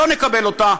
לא נקבל אותה,